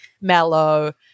mellow